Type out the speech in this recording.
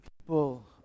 people